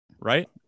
Right